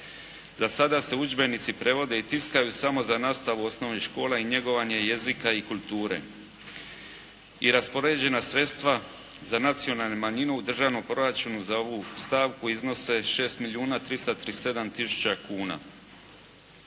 Za sada se udžbenici prevode i tiskaju samo za nastavu osnovnih škola i njegovanje jezika i kulture. I raspoređena sredstva za nacionalne manjine u državnom proračunu za ovu stavku iznose 6 milijuna